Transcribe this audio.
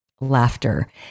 laughter